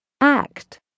Act